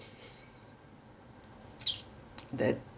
that